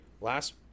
Last